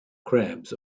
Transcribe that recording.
crabs